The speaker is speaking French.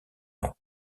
nom